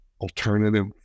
alternative